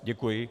Děkuji.